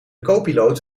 copiloot